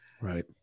Right